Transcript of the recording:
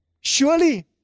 Surely